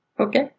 Okay